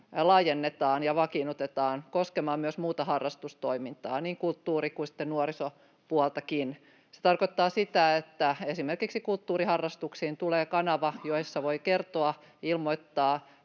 laajennetaan ja vakiinnutetaan koskemaan myös muuta harrastustoimintaa, niin kulttuuri- kuin nuorisopuoltakin. Se tarkoittaa sitä, että esimerkiksi kulttuuriharrastuksiin tulee kanava, jossa voi kertoa ja ilmoittaa